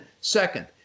second